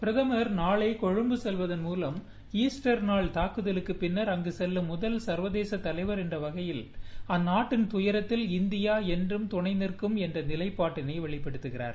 பிரதமர் நாளை மாலை கொழும்பு செல்வதன் மூவம் ஈஸ்டர் நாள் தாக்குதலுக்குப் பின்னர் அங்கு செல்லும் சர்வதேச தலைவர் என்றவகையில் அந்நாட்டின் துபரத்தில் இந்தியா என்றும் துணைநிற்கும் என்ற நிலைப்பாட்டை வெளிப்படுத்துகிறார்